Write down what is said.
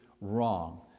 wrong